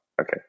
okay